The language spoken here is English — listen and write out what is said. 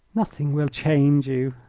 nothing will change you,